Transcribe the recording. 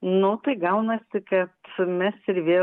nu tai gaunasi tik kad mes ir vėl